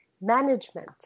management